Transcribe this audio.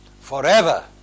forever